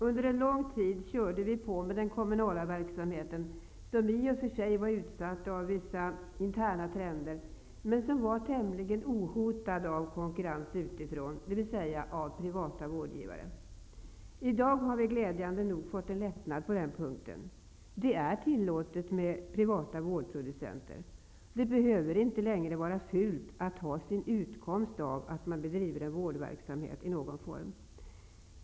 Under en lång tid körde vi på med den kommunala verksamheten, som i och för sig var utsatt för vissa interna trender, men som var tämligen ohotad av konkurrens utifrån, dvs. av privata vårdgivare. I dag har vi glädjande nog fått en lättnad på den punkten. Det är tillåtet med privata vårdproducenter. Det behöver inte längre vara fult att ha sin utkomst av att man bedriver en vårdverksamhet i någon form.